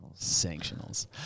Sanctionals